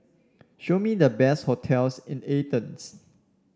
show me the best hotels in Athens